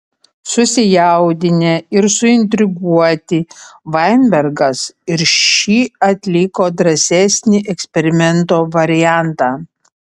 susijaudinę ir suintriguoti vainbergas ir ši atliko drąsesnį eksperimento variantą